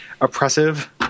oppressive